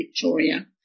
Victoria